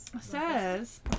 says